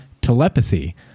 telepathy